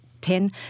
ten